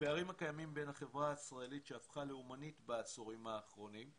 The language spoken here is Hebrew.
שהפכה לאומנית בעשורים האחרונים,